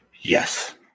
Yes